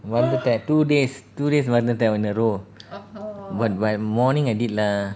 வந்துட்டா:vanthuta two days two days வந்துட்டா:vanthuta but by morning I did lah